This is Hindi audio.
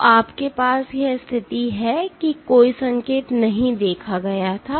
तो आपके पास यह स्थिति है कोई संकेत नहीं देखा गया था